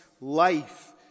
life